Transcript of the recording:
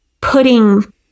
putting